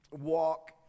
walk